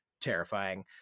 terrifying